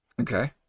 okay